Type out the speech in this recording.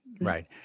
right